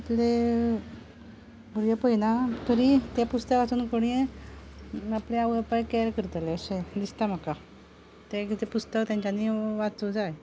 तितले भुरगे पळयना तरी तें पुस्तक वाचून कोणी आपल्या आवय बापायक कॅर करतले अशे दिसता म्हाका ते किदें पुस्तक तेंच्यांनी वाचूं जाय